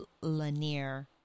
Lanier